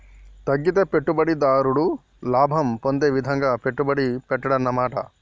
తగ్గితే పెట్టుబడిదారుడు లాభం పొందే విధంగా పెట్టుబడి పెట్టాడన్నమాట